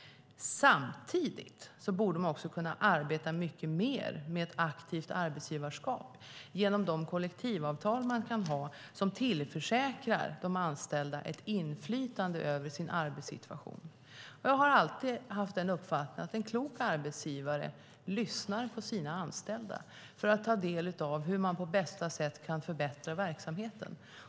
Samtidigt borde man kunna arbeta mycket mer med ett aktivt arbetsgivarskap genom de kollektivavtal man kan ha som tillförsäkrar de anställda ett inflytande över sin arbetssituation. Jag har alltid haft uppfattningen att en klok arbetsgivare lyssnar på sina anställda för att ta del av hur man på bästa sätt kan förbättra verksamheten.